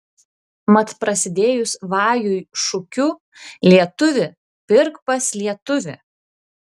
mat prasidėjus vajui šūkiu lietuvi pirk pas lietuvį